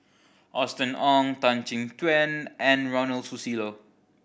Austen Ong Tan Chin Tuan and Ronald Susilo